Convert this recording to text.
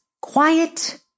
quiet